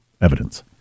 evidence